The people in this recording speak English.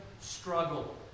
struggle